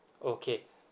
okay